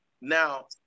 Now